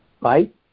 right